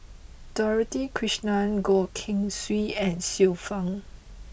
Dorothy Krishnan Goh Keng Swee and Xiu Fang